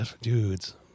dudes